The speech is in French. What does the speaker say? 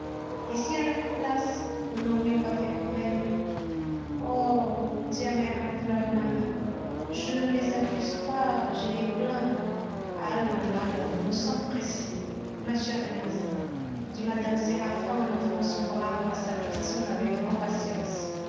et si à leur place nous n'aurions pas fait comme elles oh dit amèrement fleur de marie je ne les accuse pas je les plains allons allons nous sommes pressées ma chère demoiselle dit mme séraphin en offrant son bras à sa victime avec impatience